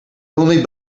only